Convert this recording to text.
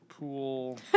Pool